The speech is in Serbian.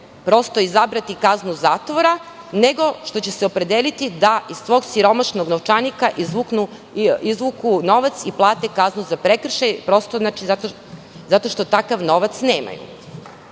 prosto izabrati kaznu zatvora, nego što će se opredeliti da iz svog siromašnog novčanika izvuku novac i plate kaznu za prekršaj, zato što takav novac nemaju.